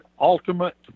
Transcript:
ultimate